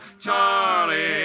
Charlie